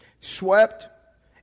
Swept